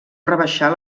rebaixar